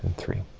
three.